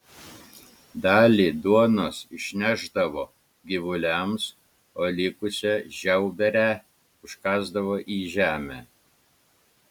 dalį duonos išnešdavo gyvuliams o likusią žiauberę užkasdavo į žemę